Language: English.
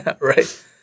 Right